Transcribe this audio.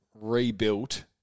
rebuilt